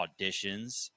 auditions